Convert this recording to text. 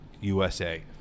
USA